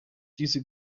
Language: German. diese